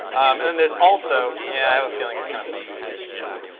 and and there's also yeah, i have a feeling i kind of mixed these two together.